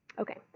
Okay